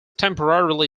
temporarily